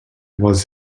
was